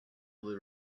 will